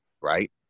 right